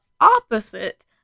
opposite